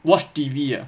watch T_V ah